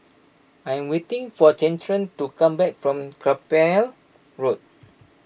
I am waiting for Gretchen to come back from Carpmael Road